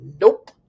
nope